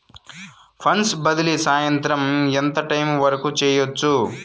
funds బదిలీ సాయంత్రం ఎంత టైము వరకు చేయొచ్చు